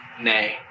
nay